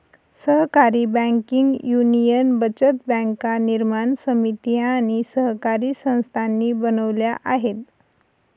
सहकारी banking union बचत बँका निर्माण समिती आणि सहकारी संस्थांनी बनवल्या आहेत